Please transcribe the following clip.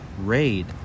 raid